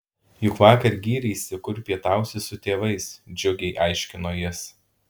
juk vakar gyreisi kur pietausi su tėvais džiugiai aiškino jis